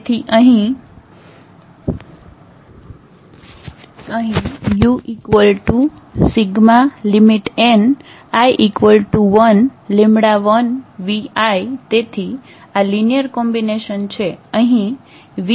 તેથી અહીં ui1n1viતેથી આ લિનિયર કોમ્બિનેશન છે